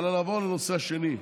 אבל נעבור לנושא השני.